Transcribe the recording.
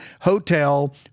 hotel